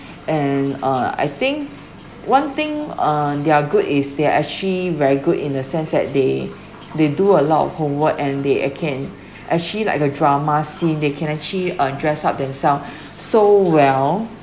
and uh I think one thing err they are good is they are actually very good in a sense that they they do a lot of homework and they uh can actually like a drama scene they can actually uh dress up themself so well